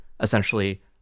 essentially